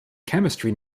chemistry